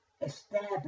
establish